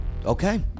Okay